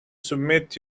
submit